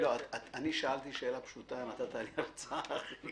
יקירי, אני שאלתי שאלה פשוטה, נתת לי הרצאה.